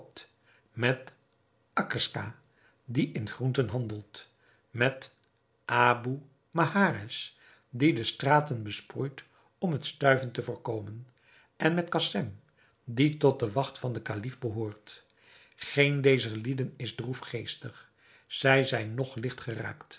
met akerska die in groenten handelt met abou mehares die de straten besproeit om het stuiven te voorkomen en met cassem die tot de wacht van den kalif behoort geen dezer lieden is droefgeestig zij zijn noch